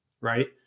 right